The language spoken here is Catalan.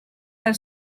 del